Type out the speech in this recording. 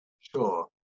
Sure